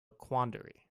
quandary